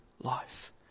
life